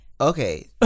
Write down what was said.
Okay